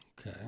Okay